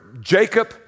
Jacob